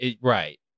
right